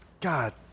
god